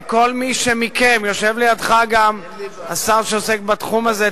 וכל מי שמכם, יושב לידך גם השר שעוסק בתחום הזה.